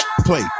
play